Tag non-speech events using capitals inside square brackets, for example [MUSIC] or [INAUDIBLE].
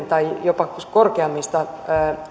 [UNINTELLIGIBLE] tai jopa korkeammista